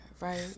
right